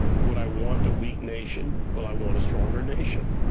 would i want a weak nation? well, i want a stronger nation,